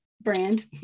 brand